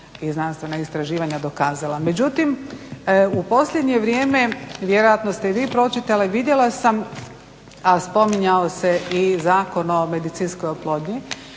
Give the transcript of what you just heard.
i znanstvena istraživanja dokazala. Međutim, u posljednje vrijeme, vjerojatno ste i vi pročitali vidjela sam a spominjao se i Zakon o medicinskoj oplodnji,